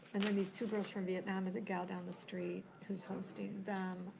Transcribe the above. and then these two girls from vietnam is the gal down the street, who's hosting them,